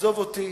עזוב אותי.